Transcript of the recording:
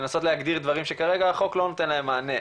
לנסות להגדיר דברים שכרגע החוק לא נותן להם מענה,